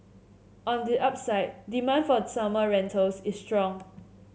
on the upside demand for summer rentals is strong